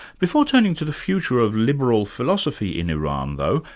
before turning to the future of liberal philosophy in iran though,